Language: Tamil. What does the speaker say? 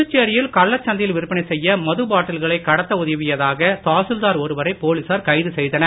புதுச்சேரியில் கள்ளசந்தையில் விற்பனை செய்ய மதுபாட்டில்களை கடத்த உதவியதாக தாசில்தார் ஒருவரை போலீசார் கைது செய்தனர்